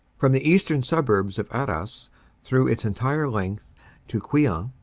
from the eastern suburbs of arras, through its entire length to queant,